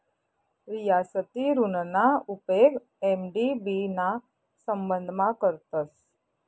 रियासती ऋणना उपेग एम.डी.बी ना संबंधमा करतस